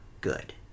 good